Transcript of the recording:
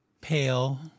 pale